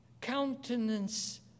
countenance